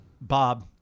Bob